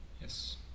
yes